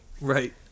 right